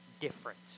different